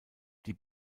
die